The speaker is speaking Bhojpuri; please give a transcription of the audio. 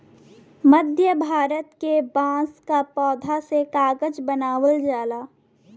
मध्य भारत के बांस क पौधा से कागज बनावल जाला